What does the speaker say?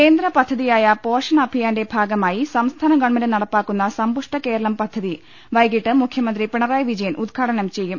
കേന്ദ്ര പദ്ധതിയായ പോഷൺ അഭിയാന്റെ ഭാഗമായി സംസ്ഥാന ഗവൺമെന്റ് നടപ്പാക്കുന്ന സമ്പുഷ്ട കേരളം പദ്ധതി വൈകിട്ട് മുഖ്യമന്ത്രി പിണറായി വിജയൻ ഉദ്ഘാടനം ചെയ്യും